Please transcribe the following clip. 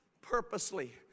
purposely